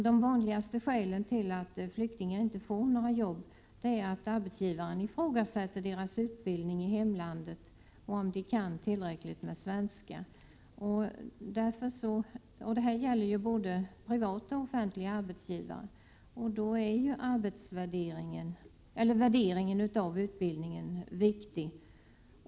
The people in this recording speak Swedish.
De vanligaste skälen till att flyktingar inte får några jobb är att arbetsgivaren ifrågasätter deras utbildning i hemlandet och om de kan tillräckligt med svenska. Det gäller både privata och offentliga arbetsgivare. Då är ju 117 värderingen av utbildningen viktig.